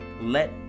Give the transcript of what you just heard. let